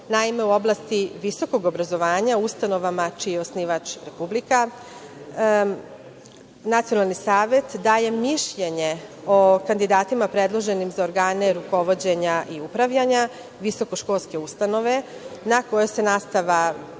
Naime, u oblasti visokog obrazovanja, ustanovama čiji je osnivač Republika, nacionalni savet daje mišljenje o kandidatima predloženim za organe rukovođenja i upravljanja, visoko školske ustanove na kojima se nastava u celini